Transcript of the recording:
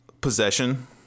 possession